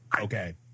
Okay